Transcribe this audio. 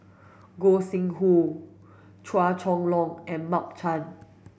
Gog Sing Hooi Chua Chong Long and Mark Chan